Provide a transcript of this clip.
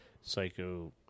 psycho